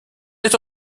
les